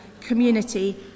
community